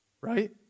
right